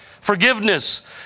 Forgiveness